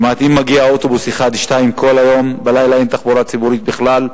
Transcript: מגיע אוטובוס אחד או שניים כל היום ובלילה אין תחבורה ציבורית בכלל,